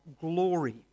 glory